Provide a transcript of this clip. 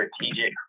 Strategic